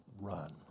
run